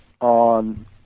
on